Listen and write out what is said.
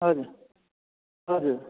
हजुर हजुर